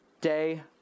day